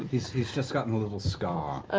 he's he's just gotten a little scar.